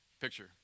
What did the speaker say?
Picture